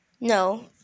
No